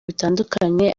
bitandukanye